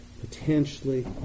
potentially